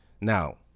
Now